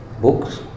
Books